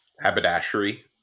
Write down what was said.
haberdashery